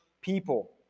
people